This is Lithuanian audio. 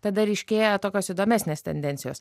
tada ryškėja tokios įdomesnės tendencijos